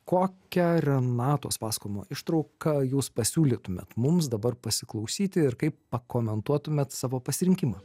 kokią renatos pasakojimo ištrauką jūs pasiūlytumėt mums dabar pasiklausyti ir kaip pakomentuotumėt savo pasirinkimą